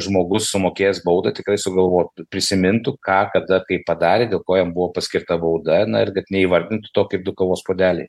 žmogus sumokėjęs baudą tikrai sugalvotų prisimintų ką kada kaip padarė dėl ko jam buvo paskirta bauda na ir kad neįvardintų to kaip du kavos puodeliai